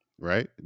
right